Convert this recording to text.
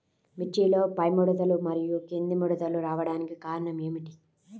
మిర్చిలో పైముడతలు మరియు క్రింది ముడతలు రావడానికి కారణం ఏమిటి?